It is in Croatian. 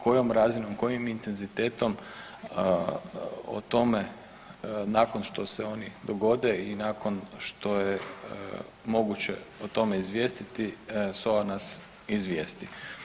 Kojom razinom, kojim intenzitetom o tome nakon što se oni dogode i nakon što je moguće o tome izvijestiti SOA nas izvijesti.